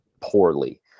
poorly